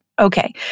Okay